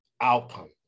outcome